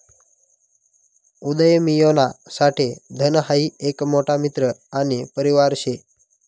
उदयमियोना साठे धन हाई एक मोठा मित्र आणि परिवार शे